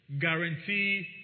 guarantee